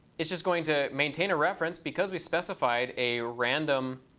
it's just going to maintain a reference because we specified a random